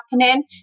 happening